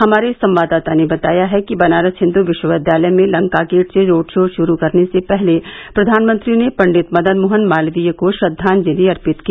हमारे संवाददाता ने बताया है कि बनारस हिन्दू विश्वविद्यालय में लंका गेट से रोड शो शुरू करने से पहले प्रधानमंत्री ने पण्डित मदन मोहन मालवीय को श्रद्वांजलि अर्पित की